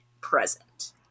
present